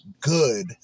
good